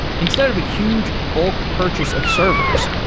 instead of a huge bulk purchase of servers,